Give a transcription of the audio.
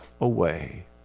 away